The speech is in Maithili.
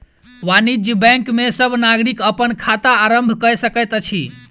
वाणिज्य बैंक में सब नागरिक अपन खाता आरम्भ कय सकैत अछि